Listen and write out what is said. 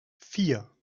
vier